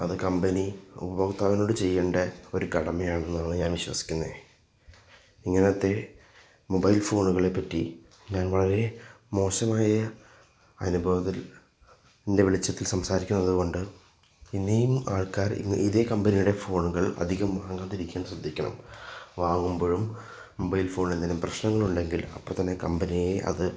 അത് കമ്പനി ഉപഭോക്താവിനോട് ചെയ്യേണ്ട ഒരു കടമയാണെന്നാണ് ഞാൻ വിശ്വസിക്കുന്നത് ഇങ്ങനത്തെ മൊബൈൽ ഫോണുകളെ പറ്റി ഞാൻ വളരെ മോശമായ അനുഭവത്തിൻ്റെ വെളിച്ചത്തിൽ സംസാരിക്കുന്നതു കൊണ്ട് ഇനിയും ആൾക്കാർ ഇ ഇതേ കമ്പനിയുടെ ഫോണുകൾ അധികം വാങ്ങാതിരിക്കാൻ ശ്രദ്ധിക്കണം വാങ്ങുമ്പോഴും മൊബൈൽ ഫോണിന് എന്തെലും പ്രശ്നങ്ങൾ ഉണ്ടെങ്കിൽ അപ്പം തന്നെ കമ്പനിയെ അത്